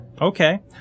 okay